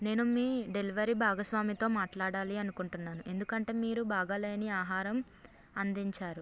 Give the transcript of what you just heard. నేను మీ డెలివరీ భాగస్వామితో మాట్లాడాలి అనుకుంటున్నాను ఎందుకంటే మీరు బాగాలేని ఆహరం అందించారు